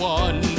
one